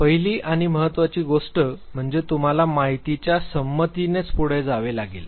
पहिली आणि महत्वाची गोष्ट म्हणजे तुम्हाला माहितीच्या संमतीने पुढे जावे लागेल